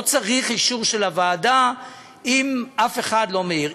לא צריך אישור של הוועדה אם אף אחד לא מעיר.